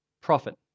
profit